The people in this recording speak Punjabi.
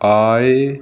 ਆਏ